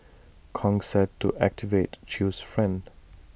Kong said to activate chew's friend